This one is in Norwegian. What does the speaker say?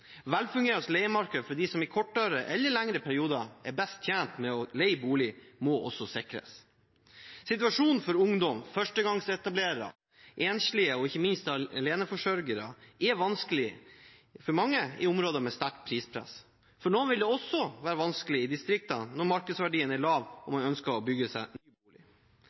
velfungerende leiemarked for dem som i kortere eller lengre perioder er best tjent med å leie bolig, må også sikres. Situasjonen for mange ungdom, førstegangsetablerere, enslige og ikke minst aleneforsørgere er vanskelig i områder med sterkt prispress. For noen vil det også være vanskelig i distriktene, når markedsverdien er lav og man ønsker å bygge seg bolig.